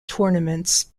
tournaments